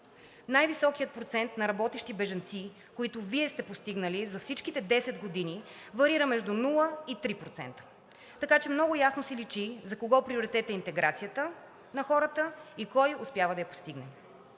Най-високият процент на работещи бежанци, които Вие сте постигнали за всичките 10 години, варира между 0% и 3%. Така че много ясно си личи за кого приоритет е интеграцията на хората и кой успява да я постигне.